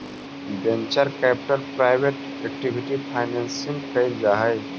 venture capital private equity financing कैल जा हई